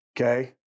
okay